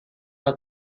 hat